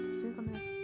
singleness